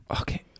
okay